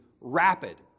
rapid